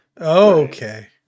Okay